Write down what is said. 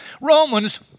Romans